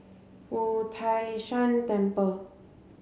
Wu Tai Shan Temple